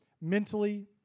mentally